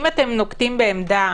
אם אתם נוקטים בעמדה